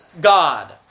God